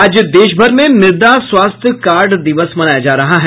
आज देशभर में मृदा स्वास्थ्य कार्ड दिवस मनाया जा रहा है